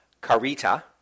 Carita